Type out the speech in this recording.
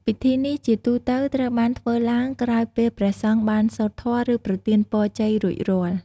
ពិធីនេះជាទូទៅត្រូវបានធ្វើឡើងក្រោយពេលព្រះសង្ឃបានសូត្រធម៌ ឬប្រទានពរជ័យរួចរាល់។